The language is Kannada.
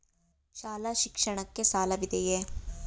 ಶಾಲಾ ಶಿಕ್ಷಣಕ್ಕೆ ಸಾಲವಿದೆಯೇ?